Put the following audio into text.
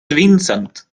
vincent